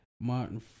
Martin